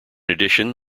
addition